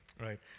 Right